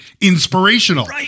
inspirational